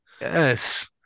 Yes